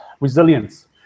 resilience